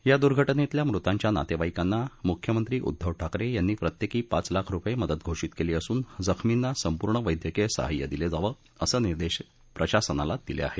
या दुर्घटनेतल्या मृतांच्या नातेवाईकांना मुख्यमंत्री उध्दव ठाकरे यांनी प्रत्येकी पाच लाख रुपये मदत घोषित केली असून जखमींना संपूर्ण वैद्यकीय साहाय्य दिलं जावं असे निर्देश प्रशासनाला दिले आहेत